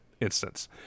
instance